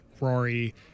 Rory